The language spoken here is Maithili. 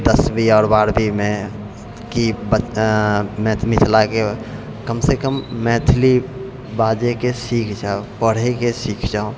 दशवी आओर बारहवीमे कि मिथिलाके कमसँ कम मैथिली बाजैके सीख जाउ पढ़यके सीख जाउ